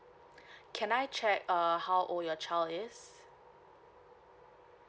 can I check err how old your child is